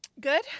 Good